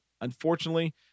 unfortunately